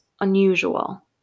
unusual